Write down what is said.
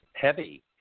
heavy